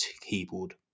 keyboard